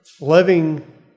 living